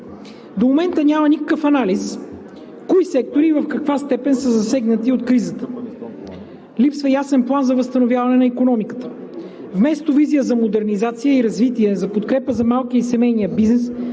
До момента няма никакъв анализ кои сектори в каква степен са засегнати от кризата, липсва ясен план за възстановяване на икономиката, вместо визия за модернизация и развитие, за подкрепа за малкия и семейния бизнес,